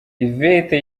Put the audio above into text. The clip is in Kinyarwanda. yvette